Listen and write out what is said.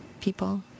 people